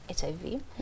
hiv